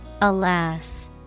Alas